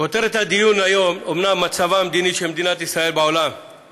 כותרת הדיון היום היא "מצבה המדיני של מדינת ישראל בעולם";